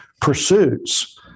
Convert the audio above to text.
pursuits